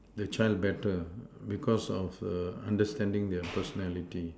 the child better because of err understanding their personality